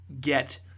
get